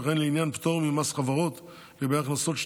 וכן לעניין פטור ממס חברות לגבי הכנסות של